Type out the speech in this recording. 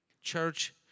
Church